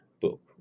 book